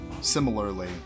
Similarly